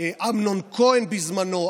אמנון כהן בזמנו,